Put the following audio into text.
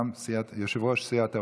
יושבת-ראש סיעת העבודה,